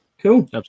cool